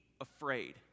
afraid